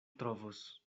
trovos